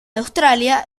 australia